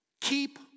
Keep